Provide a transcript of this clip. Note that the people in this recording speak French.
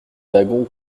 wagon